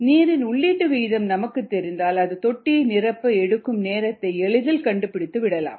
நீரின் உள்ளீட்டு விகிதம் நமக்கு தெரிந்தால் அது தொட்டியை நிரப்ப எடுக்கும் நேரத்தை எளிதாக கண்டுபிடித்துவிடலாம்